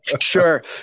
sure